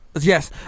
Yes